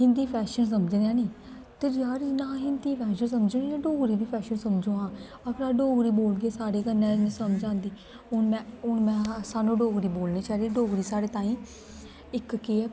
Hindi fashion समझदे हैन्नी ते जार जियां हिन्दी फैशन समझने इ'यां डोगरी बी फैशन समझो हां अगर अस डोगरी बोलगे सारें कन्नै जिनें गी समझ औंदी हून में हून में सानूं डोगरी बोलनी चाहिदी डोगरी साढ़े ताईं इक केह् ऐ